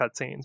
cutscenes